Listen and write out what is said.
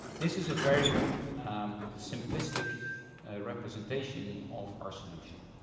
this is a very simplistic representation of our solution.